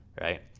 right